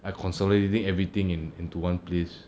like consolidating everything into one place